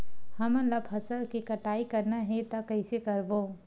हमन ला फसल के कटाई करना हे त कइसे करबो?